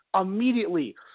Immediately